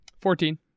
Fourteen